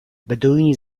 beduini